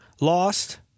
lost